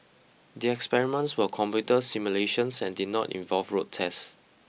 the experiments were computer simulations and did not involve road tests